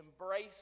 embrace